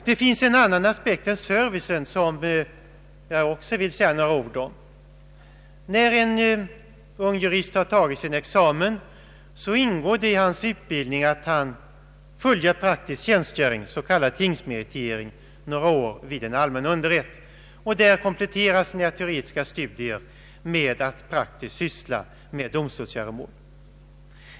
Det finns en annan aspekt än servicen som jag också vill säga några ord om. När en ung jurist tagit sin examen ingår det i hans utbildning att fullgöra praktisk tjänstgöring, s.k. tingsmeritering, några år vid en allmän underrätt, där han kompletterar sina teoretiska studier genom att praktiskt syssla med domstolsgöromål.